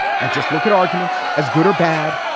i just look at arguments as good or bad,